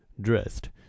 dressed